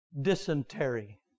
dysentery